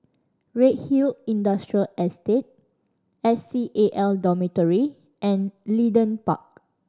Redhill Industrial Estate S C A L Dormitory and Leedon Park